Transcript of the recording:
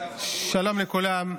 שלום לכולם,